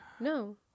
no